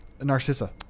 Narcissa